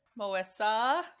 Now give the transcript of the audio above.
Moessa